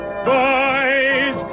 boys